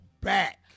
back